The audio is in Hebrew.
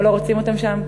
אבל לא רוצים אותם שם.